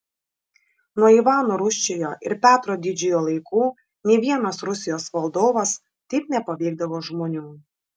nuo ivano rūsčiojo ir petro didžiojo laikų nė vienas rusijos valdovas taip nepaveikdavo žmonių